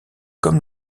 comme